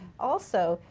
also,